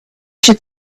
should